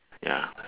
ya